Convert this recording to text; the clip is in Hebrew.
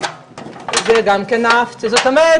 זאת אומרת